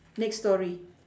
next story